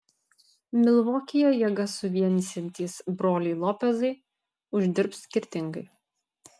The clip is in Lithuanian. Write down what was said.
milvokyje jėgas suvienysiantys broliai lopezai uždirbs skirtingai